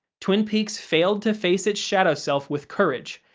twin peaks failed to face its shadow self with courage,